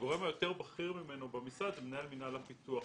הגורם היותר בכיר ממנו במשרד זה מנהל מינהל הפיתוח.